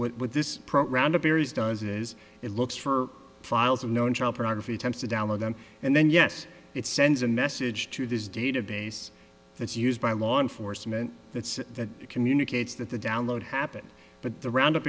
what with this program the berries does is it looks for files of known child pornography attempts to download them and then yes it sends a message to this database that's used by law enforcement that's that communicates that the download happened but the round up